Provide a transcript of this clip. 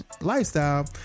Lifestyle